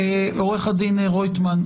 עורך הדין רויטמן,